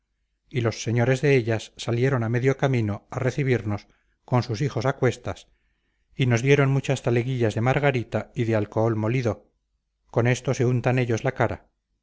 y los señores de ellas salieron a medio camino a recibirnos con sus hijos a cuestas y nos dieron muchas taleguillas de margarita y de alcohol molido con esto se untan ellos la cara